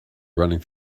running